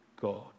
God